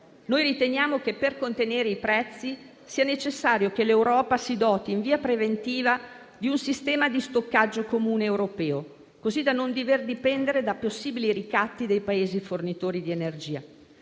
Riteniamo che per contenere i prezzi sia necessario che l'Europa si doti in via preventiva di un sistema di stoccaggio comune europeo, così da non dover dipendere da possibili ricatti da parte dei Paesi fornitori di energia.